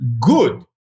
good